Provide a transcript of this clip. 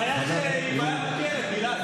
גלעד, זו בעיה שהיא בעיה מוכרת.